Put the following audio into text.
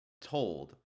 told